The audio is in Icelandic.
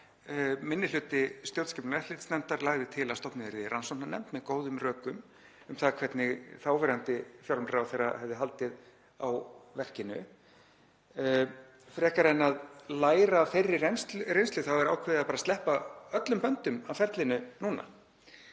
minni hluti stjórnskipunar- og eftirlitsnefndar lagði til að stofnuð yrði rannsóknarnefnd með góðum rökum um það hvernig þáverandi fjármálaráðherra hefði haldið á verkinu. Frekar en að læra af þeirri reynslu er ákveðið að sleppa öllum böndum af ferlinu núna.